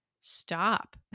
stop